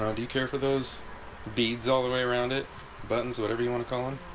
um do you care for those beads all the way around it buttons whatever you want to call and